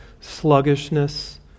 sluggishness